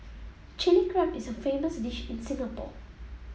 Chilli Crab is a famous dish in Singapore